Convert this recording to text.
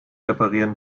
reparieren